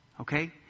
okay